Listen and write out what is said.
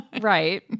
Right